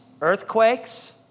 earthquakes